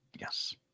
Yes